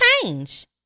change